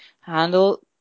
handle